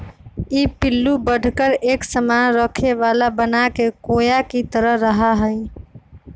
ई पिल्लू बढ़कर एक सामान रखे वाला बनाके कोया के तरह रहा हई